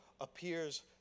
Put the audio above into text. appears